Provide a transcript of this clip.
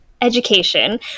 education